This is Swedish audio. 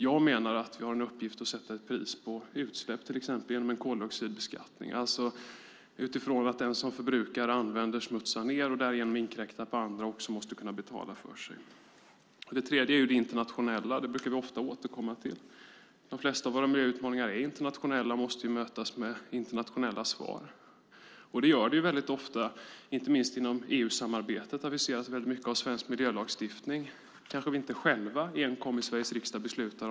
Jag menar att vi har en uppgift i att sätta ett pris på utsläpp, till exempel, genom en koldioxidbeskattning utifrån att den som förbrukar, använder och smutsar ned och därigenom inkräktar på andra också måste kunna betala för sig. För det tredje har vi det internationella, som vi ofta brukar återkomma till. De flesta av våra miljöutmaningar är internationella och måste mötas med internationella svar. Det gör de ofta, inte minst inom EU-samarbetet där vi ser att när det gäller mycket av svensk miljölagstiftning kanske vi inte själva enkom i Sveriges riksdag beslutar.